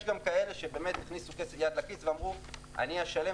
יש גם כאלה שבאמת הכניסו יד לכיס ואמרו שהם ישלמו,